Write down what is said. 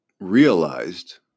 realized